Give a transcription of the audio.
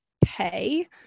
pay